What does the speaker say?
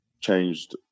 changed